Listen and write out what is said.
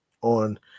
on